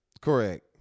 Correct